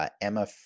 Emma